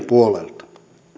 puolelta